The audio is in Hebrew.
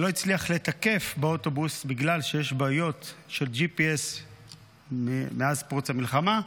שלא הצליח לתקף באוטובוס בגלל שיש בעיות של GPS מאז פרוץ המלחמה,